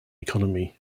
economy